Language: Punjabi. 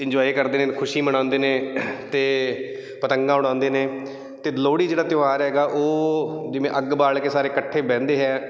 ਇੰਜੋਏ ਕਰਦੇ ਨੇ ਖੁਸ਼ੀ ਮਨਾਉਂਦੇ ਨੇ ਅਤੇ ਪਤੰਗਾਂ ਉਡਾਉਂਦੇ ਨੇ ਅਤੇ ਲੋਹੜੀ ਜਿਹੜਾ ਤਿਉਹਾਰ ਹੈਗਾ ਉਹ ਜਿਵੇਂ ਅੱਗ ਬਾਲ ਕੇ ਸਾਰੇ ਇਕੱਠੇ ਬਹਿੰਦੇ ਹੈ